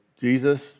Jesus